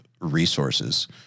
resources